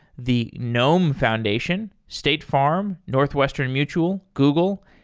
the gnome foundation, state farm, northwestern mutual, google,